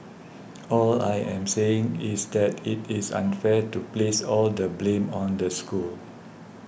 all I am saying is that it is unfair to place all the blame on the school